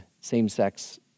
same-sex